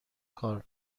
کار